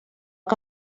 que